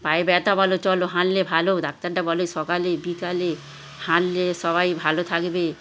পায়ে ব্যথা বলো চলো হাঁটলে ভালো ডাক্তাররা বলে সকালে বিকালে হাঁটলে সবাই ভালো থাকবে